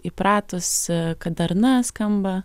įpratusi kad darna skamba